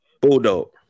Bulldog